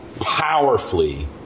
powerfully